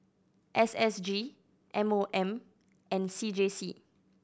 S S G M O M and C J C